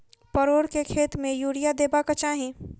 परोर केँ खेत मे यूरिया देबाक चही?